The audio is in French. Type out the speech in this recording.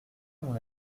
mon